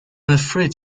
afraid